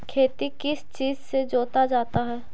खेती किस चीज से जोता जाता है?